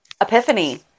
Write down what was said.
epiphany